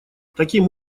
таким